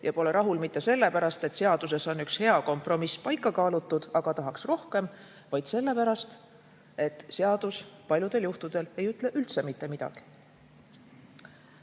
ei olda mitte sellepärast, et seaduses on üks hea kompromiss paika kaalutud, aga tahaks rohkem, vaid sellepärast, et paljudel juhtudel seadus ei ütle üldse mitte midagi.